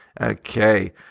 Okay